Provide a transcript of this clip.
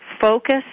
focus